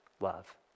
love